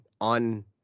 on